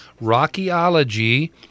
Rockyology